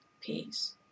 peace